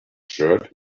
shirt